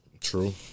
True